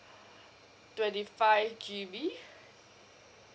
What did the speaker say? twenty five G_B